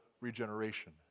regeneration